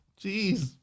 Jeez